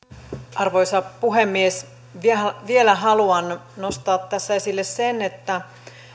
arvoisa puhemies vielä haluan nostaa tässä esille sen että